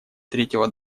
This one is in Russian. третьего